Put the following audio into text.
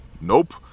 Nope